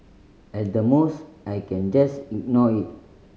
at the most I can just ignore it